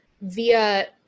via